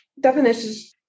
definitions